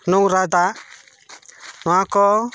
ᱱᱚᱝᱨᱟ ᱫᱟᱜ ᱱᱚᱶᱟ ᱠᱚ